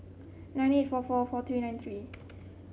nine eight four four four three nine three